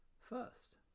first